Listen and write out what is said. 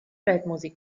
weltmusik